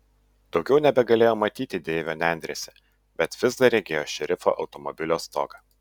daugiau nebegalėjo matyti deivio nendrėse bet vis dar regėjo šerifo automobilio stogą